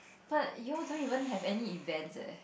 but you all don't even have any events eh